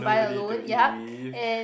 nobody to eat with